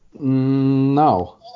No